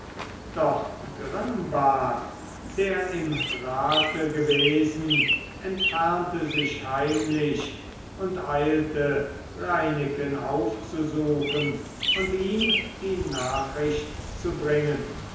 doch grimbart der im rate gewesen entfernte sich heimlich und eilte reineken aufzusuchen und ihm die nachricht zu bringen